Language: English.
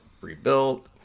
rebuilt